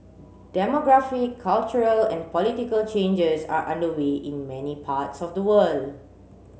demographic cultural and political changes are underway in many parts of the world